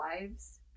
lives